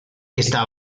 está